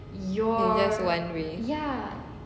you just one way